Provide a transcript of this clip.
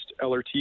LRT